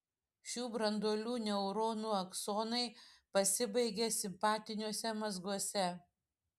šių branduolių neuronų aksonai pasibaigia simpatiniuose mazguose